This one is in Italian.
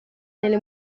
nelle